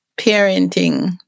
parenting